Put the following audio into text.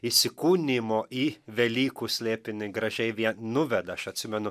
įsikūnijimo į velykų slėpinį gražiai vie nuveda aš atsimenu